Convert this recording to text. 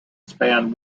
span